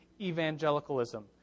evangelicalism